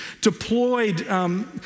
deployed